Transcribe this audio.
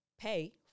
pay